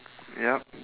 yup